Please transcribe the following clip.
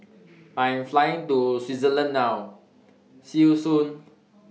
I Am Flying to Switzerland now See YOU Soon